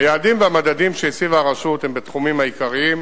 היעדים והמדדים שהציבה הרשות הם בתחומים העיקריים